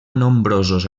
nombrosos